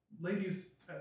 ladies